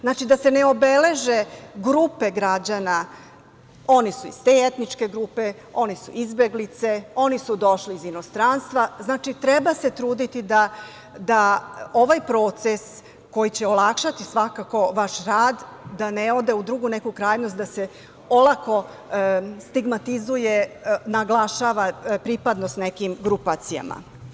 Znači, da se ne obeleže grupe građana – oni su iz te etničke grupe, oni su izbeglice, oni su došli iz inostranstva, znači, treba se truditi da ovaj proces koji će olakšati svakako vaš rad da ne ode u drugu neku krajnost, da se olako stigmatizuje, naglašava pripadnost nekim grupacijama.